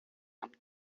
amb